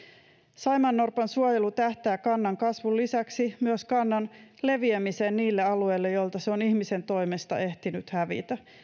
saimaannorpan suojelu tähtää kannan kasvun lisäksi myös kannan leviämiseen niille alueille joilta se on ihmisen toimesta ehtinyt hävitä